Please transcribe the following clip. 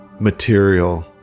material